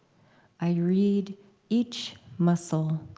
i read each muscle.